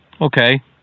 okay